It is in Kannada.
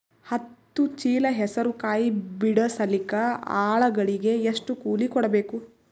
ಹತ್ತು ಚೀಲ ಹೆಸರು ಕಾಯಿ ಬಿಡಸಲಿಕ ಆಳಗಳಿಗೆ ಎಷ್ಟು ಕೂಲಿ ಕೊಡಬೇಕು?